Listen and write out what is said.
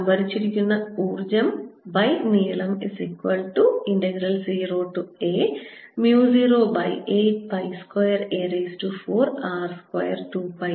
സംഭരിച്ചിരിക്കുന്ന ഊർജ്ജംനീളം0a082a4r2